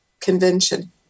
convention